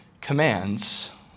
commands